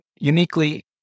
uniquely